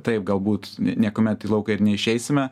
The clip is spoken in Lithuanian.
taip galbūt niekuomet į lauką ir neišeisime